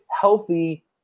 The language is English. healthy